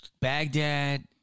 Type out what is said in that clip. Baghdad